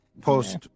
post